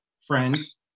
friends